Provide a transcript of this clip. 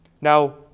Now